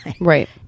Right